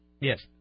Yes